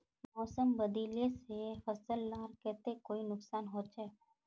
मौसम बदलिले से फसल लार केते कोई नुकसान होचए?